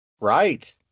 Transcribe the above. Right